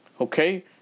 okay